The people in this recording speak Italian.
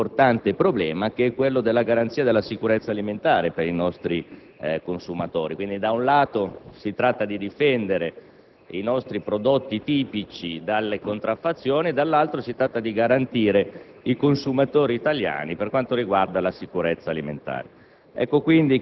importante problema, quello cioè della garanzia della sicurezza alimentare per i nostri consumatori. Da un lato, quindi, si tratta di difendere i nostri prodotti tipici dalle contraffazioni, dall'altro, si tratta di garantire ai consumatori italiani la sicurezza alimentare.